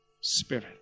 spirit